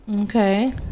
Okay